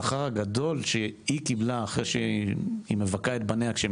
השכר הגדול שהיא קיבלה אחרי שהיא מבכה את בניה כשהם